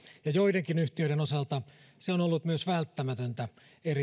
ja joidenkin yhtiöiden osalta se on ollut myös välttämätöntä